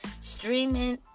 streaming